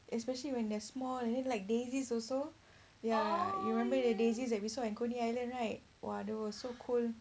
especially when they're small and then like daisies also ya you remember the daisies that we saw at coney island right !wah! they were so cool